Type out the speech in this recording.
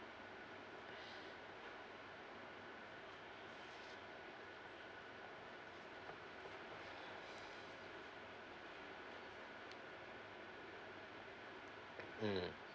mm